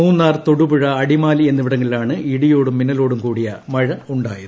മൂന്നാർ തൊടുപുഴ അടിമാലി എന്നിവിടങ്ങളിലാണ് ഇടിയോടും മിന്നലോടും കൂടിയ മഴയുണ്ടായത്